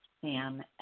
Sam